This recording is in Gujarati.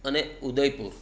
અને ઉદયપુર